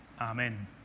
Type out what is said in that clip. Amen